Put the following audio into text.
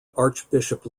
archbishop